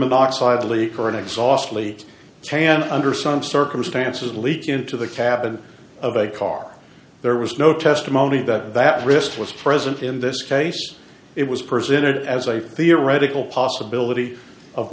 monoxide leak or inexhaustibly hand under some circumstances leak into the cabin of a car there was no testimony that that risk was present in this case it was presented as a theoretical possibility of